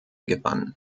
gewann